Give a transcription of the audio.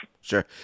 Sure